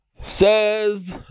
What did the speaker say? Says